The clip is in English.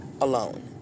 alone